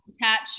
attach